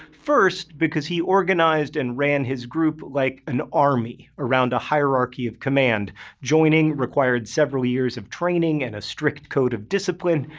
first, because he organized and ran his group like an army around a hierarchy of command joining required several years of training and a strict code of discipline.